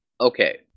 Okay